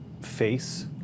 face